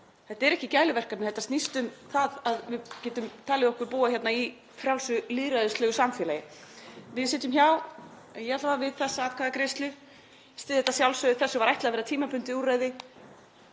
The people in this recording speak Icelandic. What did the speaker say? Þetta eru ekki gæluverkefni, þetta snýst um það að við getum talið okkur búa í frjálsu, lýðræðislegu samfélagi. Við sitjum hjá, ég alla vega, við þessa atkvæðagreiðslu. Ég styð það að sjálfsögðu, þessu var ætlað að vera tímabundið úrræði.